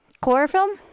Chlorophyll